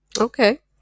okay